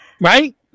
Right